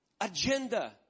Agenda